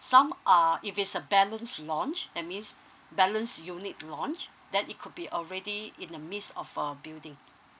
some are if it's a balanced launch that's means balance unit launch that it could be already in a miss of a building